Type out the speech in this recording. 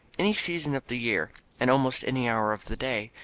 any season of the year, and almost any hour of the day,